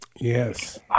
yes